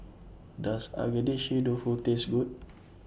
Does Agedashi Dofu Taste Good